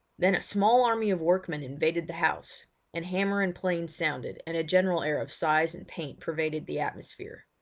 then a small army of workmen invaded the house and hammer and plane sounded, and a general air of size and paint pervaded the atmosphere.